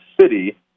city